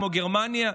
כמו גרמניה.